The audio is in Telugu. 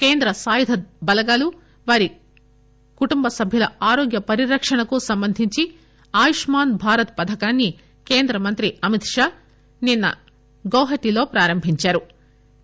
కేంద్ర సాయుధ దళాలు వారి కుటుంబ సభ్యుల ఆరోగ్య పరిరక్షణకు సంబంధించి ఆయుష్మాన్ భారత్ పథకాన్ని కేంద్ర మంత్రి అమిత్ షా నిన్న గువహటిలో ప్రారంభించారు